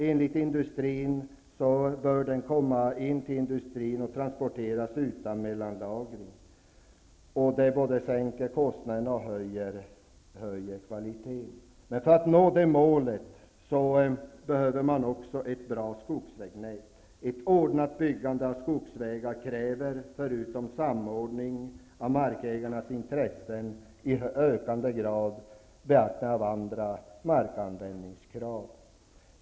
Enligt industrin bör den transporteras utan mellanlagring, vilket både sänker kostnaden och höjer kvaliteten. För att nå det målet behöver man ett bra skogsvägnät. Ett ordnat byggande av skogsvägar kräver, förutom samordning av markägarnas intressen, att man i ökad grad beaktar andra markanvändningskrav.